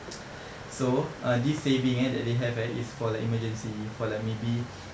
so uh this saving eh that they have eh is for like emergency for like maybe